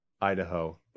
Idaho